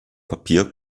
papier